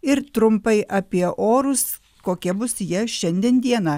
ir trumpai apie orus kokie bus jei šiandien dieną